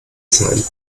sein